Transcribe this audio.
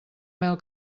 mel